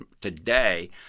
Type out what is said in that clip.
Today